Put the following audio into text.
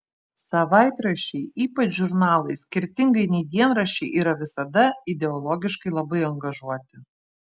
savaitraščiai ypač žurnalai skirtingai nei dienraščiai yra visada ideologiškai labai angažuoti